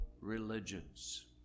religions